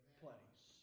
place